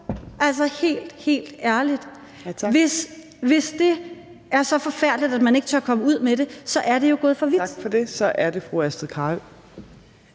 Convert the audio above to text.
helt, helt ærligt, hvis det er så forfærdeligt, at man ikke tør komme ud med det, så er det jo gået for vidt. Kl. 17:06 Fjerde næstformand